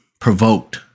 provoked